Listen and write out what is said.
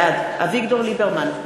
בעד אביגדור ליברמן,